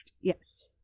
Yes